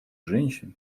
женщин